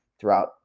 throughout